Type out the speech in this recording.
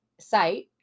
site